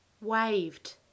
waved